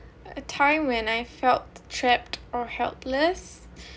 a time when I felt trapped or helpless uh